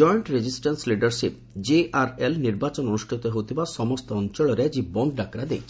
joint resistance leadership JRL ନିର୍ବାଚନ ଅନୁଷ୍ଠିତ ହେଉଥିବା ସବୁ ଅଞ୍ଚଳରେ ଆଜି ବନ୍ଦ ଡାକରା ଦେଇଛି